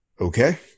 Okay